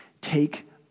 Take